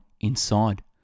inside